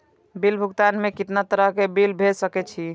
Bill भुगतान में कितना तरह के बिल भेज सके छी?